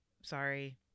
Sorry